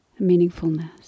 Meaningfulness